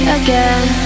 again